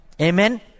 Amen